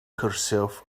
herself